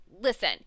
Listen